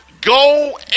go